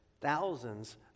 Thousands